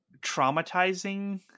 traumatizing